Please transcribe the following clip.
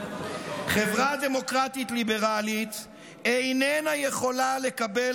חברה דמוקרטית-ליברלית איננה יכולה לקבל